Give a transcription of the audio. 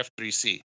F3C